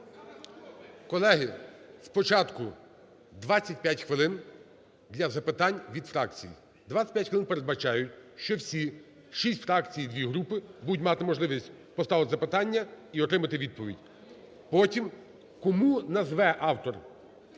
Колеги, спочатку 25 хвилин для запитань від фракцій. 25 хвилин передбачають, що всі шість фракцій і дві групи будуть мати можливість поставити запитання і отримати відповідь. Потім, кому назве автор,